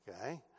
okay